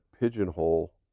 pigeonhole